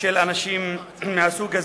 של אנשים מהסוג הזה.